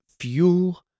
Fuel